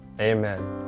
Amen